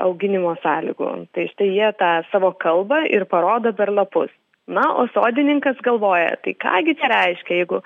auginimo sąlygų tai štai jie tą savo kalbą ir parodo per lapus na o sodininkas galvoja tai ką gi čiai reiškia jeigu